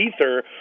ether